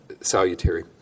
salutary